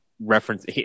reference